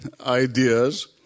ideas